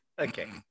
Okay